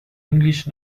english